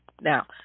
Now